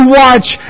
watch